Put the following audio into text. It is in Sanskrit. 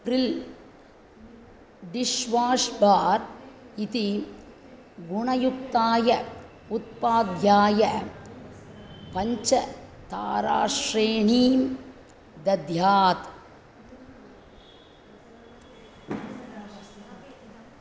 प्रिल् डिश्वाश् बार् इति गुणयुक्ताय उत्पाद्याय पञ्च ताराश्रेणीं दद्यात्